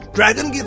Dragon